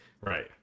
right